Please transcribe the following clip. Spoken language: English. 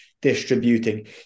distributing